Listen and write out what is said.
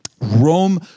Rome